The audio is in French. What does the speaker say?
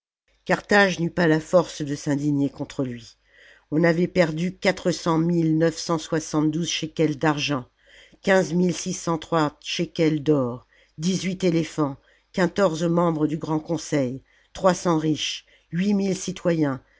carthage n'eut pas la force de s'indigner contre lui on avait perdu quatre cent mille neuf cent soixante-douze shekels d'argent quinze mille six cent vingt trois shekels d'or dix huit éléphants quatorze membres du grand conseil trois cents riches huit mille citoyens